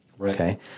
okay